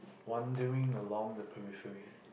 wandering along the periphary